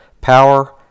Power